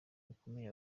bikomeye